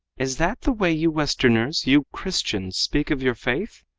is that the way you westerners, you christians, speak of your faith?